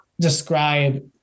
describe